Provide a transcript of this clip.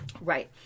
Right